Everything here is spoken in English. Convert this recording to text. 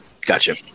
Gotcha